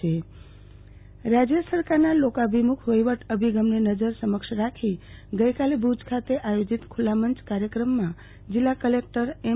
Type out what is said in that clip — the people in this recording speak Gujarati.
આરતીબેન ભદ્દ માંગણીના હુકમો અર્પણ રાજ્ય સરકારના લોકાભિમુખ વફીવટ અભિગમને નજર સમક્ષ રાખી ગઈકાલે ભુજ ખાતે આયોજિત ખુલ્લા મંચ કાર્યક્રમમાં જિલ્લા કલેકટર એમ